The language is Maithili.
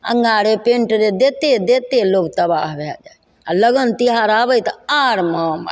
अङ्गा रे पैन्ट रे दैते दैते लोग तबाह भै जाइ आओर लगन तिहार आबै तऽ आओर मारि